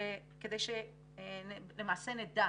כדי שלמעשה נדע